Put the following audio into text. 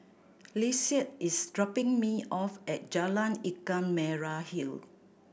Lissette is dropping me off at Jalan Ikan Merah Hill